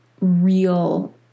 real